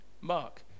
Mark